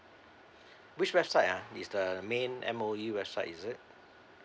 which website ah is the main M_O_E website is it